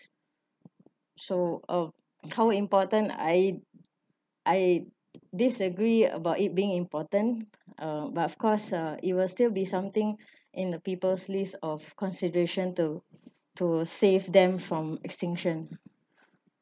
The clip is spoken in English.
so uh how important I I disagree about it being important uh but of course uh it will still be something in the people's lists of consideration to to save them from extinction